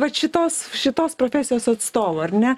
vat šitos šitos profesijos atstovų ar ne tai